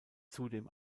zudem